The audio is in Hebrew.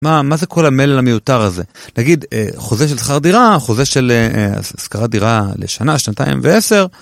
מה, מה זה כל המלא המיותר הזה? נגיד חוזה של שכר דירה, חוזה של השכרת דירה לשנה, שנתיים ועשר.